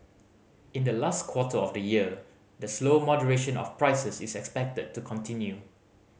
in the last quarter of the year the slow moderation of prices is expected to continue